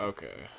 Okay